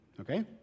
Okay